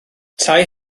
tai